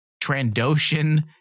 Trandoshan